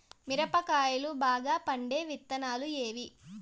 మిరప కాయలు బాగా పండే విత్తనాలు ఏవి